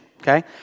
okay